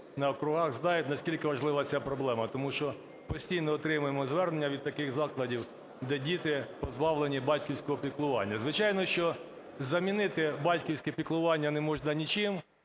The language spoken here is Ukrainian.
в округах, знаю, наскільки важлива ця проблема. Тому що постійно отримуємо звернення від таких закладів, де діти позбавлення батьківського піклування. Звичайно, що замінити батьківське піклування не можна нічим,